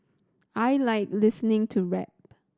I like listening to rap